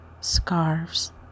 scarves